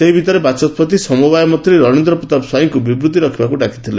ସେହି ଭିତରେ ବାଚସ୍ବତି ସମବାୟ ମନ୍ତୀ ରଣେନ୍ର ପ୍ରତାପ ସ୍ୱାଇଁଙ୍କ ବିବୃତ୍ତି ରଖୁବାକ୍ ଡ଼ାକିଥିଲେ